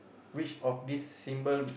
which of this symbol